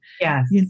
Yes